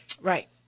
right